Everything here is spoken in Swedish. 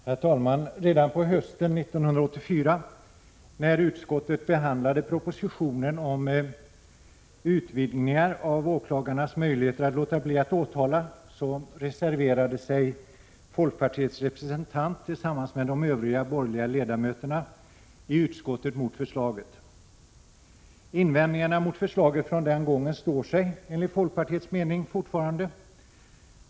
Herr talman! Redan på hösten 1984, när utskottet behandlade propositionen om utvidgningar av åklagarnas möjligheter att låta bli att åtala, reserverade sig folkpartiets representant tillsammans med de övriga borgerliga ledamöterna i utskottet mot förslaget. Invändningarna mot förslaget från den gången står sig enligt folkpartiets mening fortfarande.